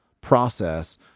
process